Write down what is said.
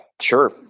sure